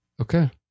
Okay